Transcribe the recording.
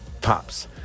pops